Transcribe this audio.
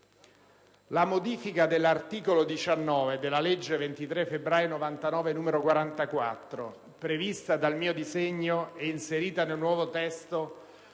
La modifica dell'articolo 19 della legge 23 febbraio 1999, n. 44, prevista dal mio disegno di legge e inserita nel nuovo testo,